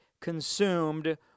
consumed